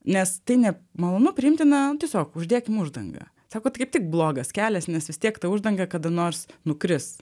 nes tai nemalonu priimtina tiesiog uždekim uždangą sakot kaip tik blogas kelias nes vis tiek ta uždanga kada nors nukris